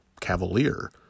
cavalier